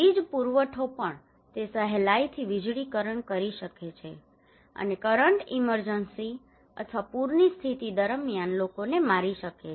વીજ પુરવઠો પણ તે સહેલાઇથી વીજળીકરણ કરી શકે છે અને કરંટ ઇમરજન્સી અથવા પૂરની સ્થિતિ દરમિયાન લોકોને મારી શકે છે